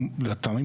הוא לטעמי,